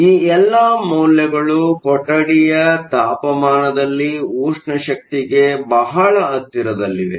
ಈ ಎಲ್ಲಾ ಮೌಲ್ಯಗಳು ಕೊಠಡಿಯ ತಾಪಮಾನದಲ್ಲಿ ಉಷ್ಣ ಶಕ್ತಿಗೆ ಬಹಳ ಹತ್ತಿರದಲ್ಲಿವೆ